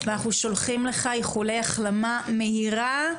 ואנחנו שולחים לך איחולי החלמה מהירה,